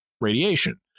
radiation